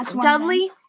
Dudley